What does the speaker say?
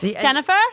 Jennifer